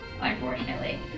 unfortunately